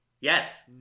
yes